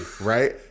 right